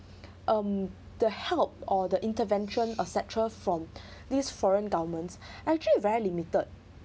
um the help or the intervention et cetera from these foreign governments are actually very limited